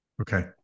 Okay